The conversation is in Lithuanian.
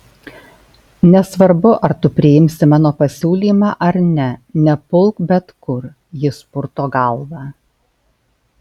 nesvarbu ar tu priimsi mano pasiūlymą ar ne nepulk bet kur jis purto galvą